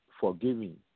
forgiving